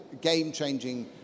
game-changing